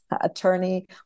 attorney